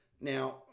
Now